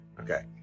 Okay